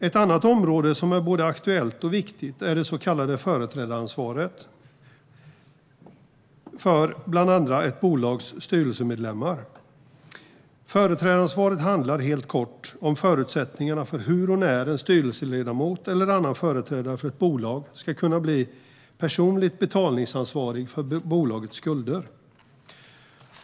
Ett annat område som är både aktuellt och viktigt är det så kallade företrädaransvaret för bland andra ett bolags styrelsemedlemmar. Företrädaransvaret handlar helt kort om förutsättningarna för hur och när en styrelseledamot eller annan företrädare för ett bolag ska kunna bli personligt betalningsansvarig för bolagets skulder.